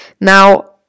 now